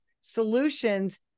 solutions